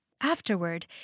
Afterward